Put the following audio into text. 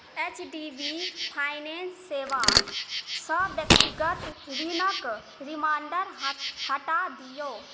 H D B finance सेवासँ व्यक्तिगत ऋणके रिमाइण्डर हटा दिऔ